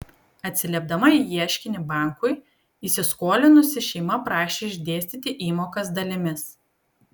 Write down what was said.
atsiliepdama į ieškinį bankui įsiskolinusi šeima prašė išdėstyti įmokas dalimis